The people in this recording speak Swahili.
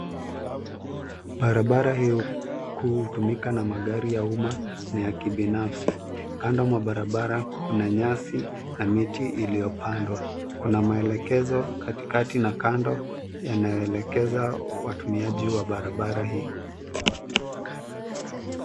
Barabara hii kuu hutumika na magari ya umma na ya kibinafsi. Kando mwa barabara kuna nyasi na miti iliyopandwa. Kuna maelekezo katikati na kando yanayoelekeza watumiaji wa barabara hii.